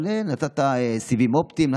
אבל נתת סיבים אופטיים,